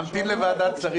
ממתין לוועדת שרים.